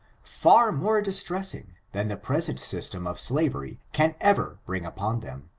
far more distressing than the present system of slavery can ever bring upon them.